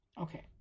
Okay